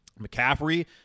McCaffrey